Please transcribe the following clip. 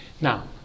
Now